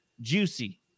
juicy